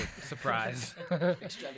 surprise